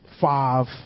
five